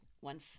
one